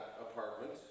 apartment